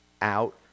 out